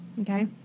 Okay